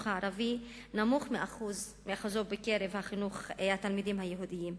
הערבי נמוך משיעורם בקרב התלמידים היהודים,